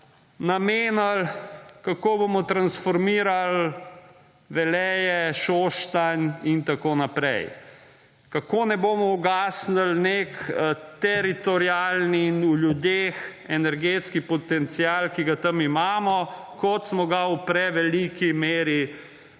namenili kako bomo transformirali Veleje, Šoštanj in tako naprej. Kako ne bomo ugasnili neki teritorialni in v ljudeh energetski potencial, ki ga tam imamo kot smo ga v preveliki meri